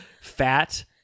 fat